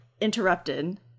interrupted